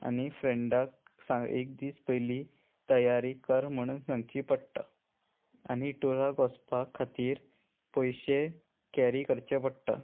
आनी फ्रेंडाक सांग एक दीस पयली तयारी कर म्हणून सांगची पडटा आनी टुराक वचपा खातीर पयशे कॅरी करचे पडटा